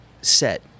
set